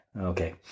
Okay